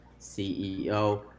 CEO